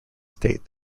state